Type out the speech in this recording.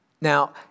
Now